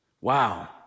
Wow